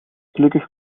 gelukkig